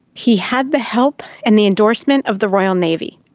he had the help and the endorsement of the royal navy,